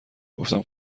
گفتم